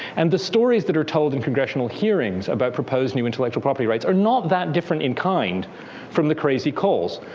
and the stories that are told in congressional hearings about proposed new intellectual property rights are not that different in kind from the crazy calls.